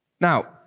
Now